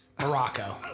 Morocco